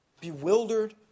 bewildered